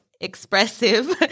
expressive